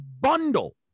bundle